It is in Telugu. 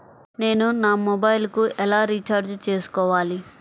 నేను నా మొబైల్కు ఎలా రీఛార్జ్ చేసుకోవాలి?